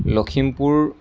Lakhimpur